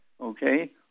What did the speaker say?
okay